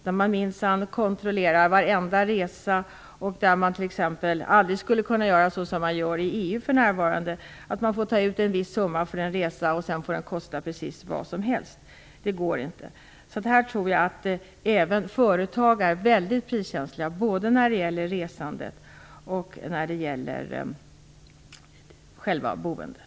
Där kontrolleras minsann varenda resa. Där skulle man t.ex. aldrig kunna göra så som man gör i EU för närvarande, där man får ta ut en viss summa för en resa som sedan får kosta precis hur mycket som helst. Det går inte. Här tror jag att även företagare är väldigt priskänsliga både när det gäller resandet och när det gäller själva boendet.